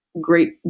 great